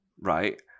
right